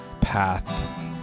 path